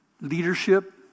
leadership